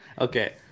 Okay